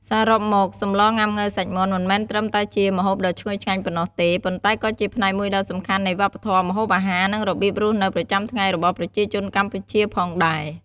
សរុបមក សម្លងុាំង៉ូវសាច់មាន់ មិនមែនត្រឹមតែជាម្ហូបដ៏ឈ្ងុយឆ្ងាញ់ប៉ុណ្ណោះទេ ប៉ុន្តែក៏ជាផ្នែកមួយដ៏សំខាន់នៃវប្បធម៌ម្ហូបអាហារ និងរបៀបរស់នៅប្រចាំថ្ងៃរបស់ប្រជាជនកម្ពុជាផងដែរ។